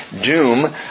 doom